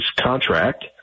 contract